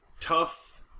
tough